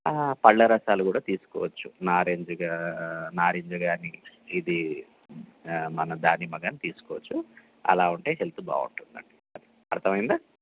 పళ్ళ రసాలు గూడ తీసుకోవచ్చు నారింజ గా నారింజ కానీ ఇది మన దానిమ్మ కానీ తీసుకోవచ్చు అలా ఉంటే హెల్త్ బావుంటుందండి అర్థమైందా